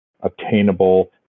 obtainable